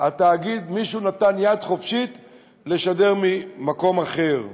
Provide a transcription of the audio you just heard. התאגיד מישהו נתן יד חופשית לשדר ממקום אחר?